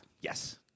Yes